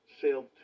sailed